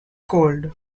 cold